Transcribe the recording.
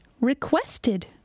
requested